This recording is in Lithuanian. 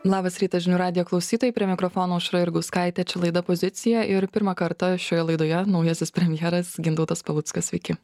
labas rytas žinių radijo klausytojai prie mikrofono aušra jurgauskaitė čia laida pozicija ir pirmą kartą šioje laidoje naujasis premjeras gintautas paluckas sveiki